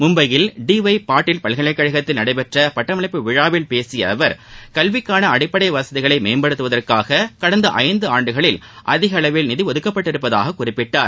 மும்பையில் D Y Patil பல்கலைக்கழகத்தில் நடைபெற்ற பட்டமளிப்பு விழாவில் பேசிய அவர் கல்விக்கான அடிப்படை வசதிகளை மேம்படுத்துவதற்காக கடந்த ஐந்தாண்டுகளில் அதிக அளவில் நிதி ஒதுக்கப்பட்டுள்ளதாக குறிப்பிட்டார்